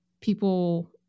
people